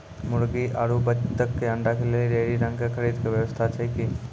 मुर्गी आरु बत्तक के अंडा के लेली डेयरी रंग के खरीद के व्यवस्था छै कि?